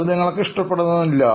അത് നിങ്ങൾക്ക് ഇഷ്ടപ്പെടണമെന്നില്ല